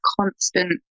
constant